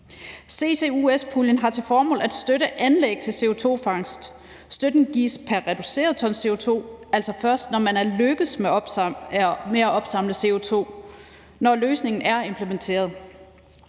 CCUS-puljen har til formål at støtte anlæg til CO2-fangst. Støtten gives pr. reduceret ton CO2, altså først når man er lykkedes med at opsamle CO2, nemlig når løsningen er implementeret.